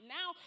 now